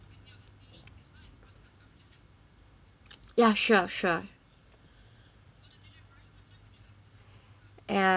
ya sure sure ah